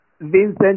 Vincent